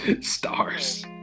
stars